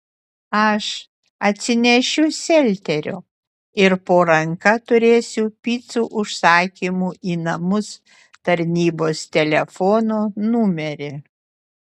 aš atsinešiu selterio ir po ranka turėsiu picų užsakymų į namus tarnybos telefono numerį